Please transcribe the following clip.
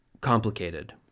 complicated